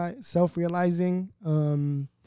self-realizing